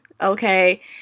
okay